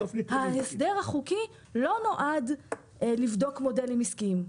ההסדר החוקי לא נועד לבדוק מודלים עסקיים.